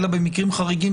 אלא במקרים חריגים,